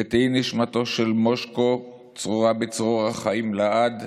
ותהי נשמתו של מושקו צרורה בצרור החיים לעד,